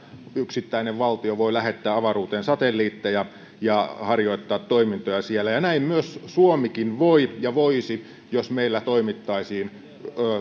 yksittäinen valtio voi lähettää avaruuteen satelliitteja ja harjoittaa toimintoja siellä näin myös suomikin voi ja voisi jos meillä toimittaisiin